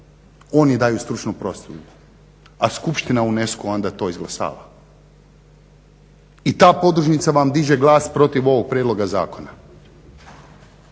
Oni daju stručnu prosudbu, a Skupština UNESCO-a onda to izglasava. I ta podružnica vam diže glas protiv ovog prijedloga zakona.